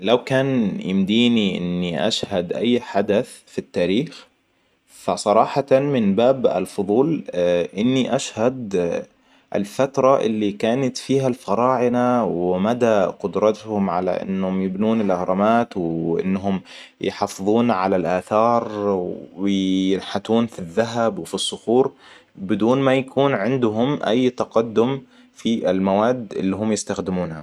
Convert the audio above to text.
لو كان يمديني إني أشهد أي حدث في التاريخ فصراحة من باب الفضول إني اشهد الفترة اللي كانت فيها الفراعنة ومدى قدرتهم على إنهم يبنون الاهرامات وإنهم يحفظون على الاثار وينحتون في الذهب وفي الصخور. بدون ما يكون عندهم اي تقدم في المواد اللي هم يستخدمونها